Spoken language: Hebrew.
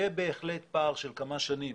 יהיה בהחלט פער של כמה שנים